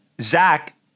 Zach